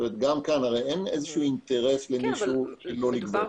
הרי אין אינטרס למישהו לא לגבות.